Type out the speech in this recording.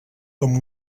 com